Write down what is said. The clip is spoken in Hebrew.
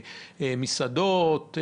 מסעדות,